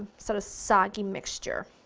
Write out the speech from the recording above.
sort of soggy mixture.